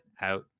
out